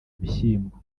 bishyimbo